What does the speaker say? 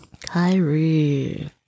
Kyrie